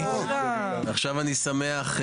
ועכשיו אני שמח,